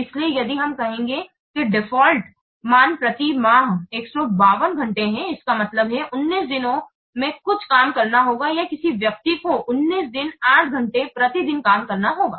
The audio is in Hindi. इसलिए यदि हम कहेंगे कि डिफ़ॉल्ट मान प्रति माह 152 घंटे है इसका मतलब है कि 19 दिनों में कुछ काम करना होगा या किसी व्यक्ति को 19 दिन 8 घंटे प्रति दिन काम करना होगा